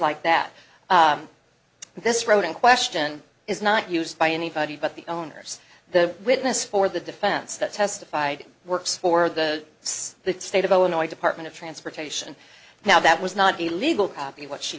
like that this road in question is not used by anybody but the owners the witness for the defense that testified works for the state the state of illinois department of transportation now that was not a legal copy what she